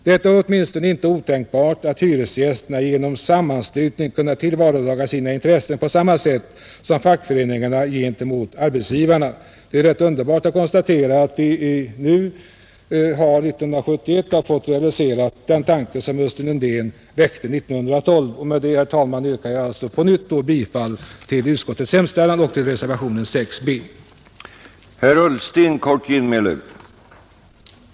Det är åtminstone inte otänkbart, att hyresgästerna genom sammanslutning kunna tillvarataga sina intressen på samma sätt som fackföreningar gent emot arbetsgivarna.” Det är rätt underbart att konstatera att vi nu, 1971, har fått den tanke realiserad som Östen Undén väckte 1912. Och med det, herr talman, yrkar jag på nytt bifall till utskottets hemställan utom beträffande hyresreglering för lokaler, där jag yrkar bifall till reservationen 6 a.